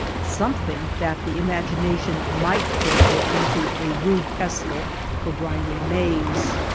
something that the imagination might torture into a rude pestle for grinding maize.